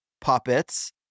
puppets